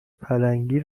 پلنگی